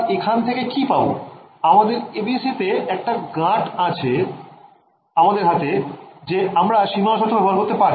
ABC তে একটা গাঁট আছে আমাদের হাতে যে আমরা সীমানা শর্ত ব্যাবহার করতে পারি